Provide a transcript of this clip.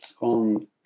on